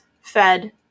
fed